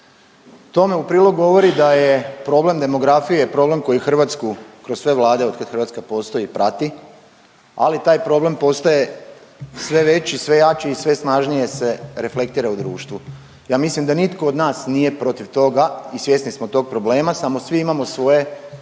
Tome u prilog govori da je problem demografije problem koji Hrvatsku kroz sve vlade od kad Hrvatska postoji prati, ali taj problem postaje sve veći, sve jači i sve snažnije se reflektira u društvu. Ja mislim da nitko od nas nije protiv toga i svjesni smo tog problema samo svi imamo svoje načine,